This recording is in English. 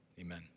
Amen